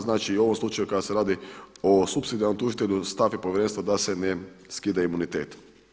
Znači i u ovom slučaju kada se radi o supsidijarnom tužitelju stav je povjerenstva da se ne skida imunitet.